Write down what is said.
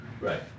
Right